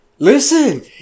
Listen